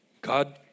God